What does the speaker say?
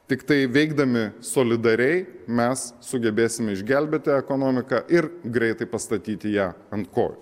tiktai veikdami solidariai mes sugebėsime išgelbėti ekonomiką ir greitai pastatyti ją ant kojų